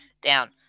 down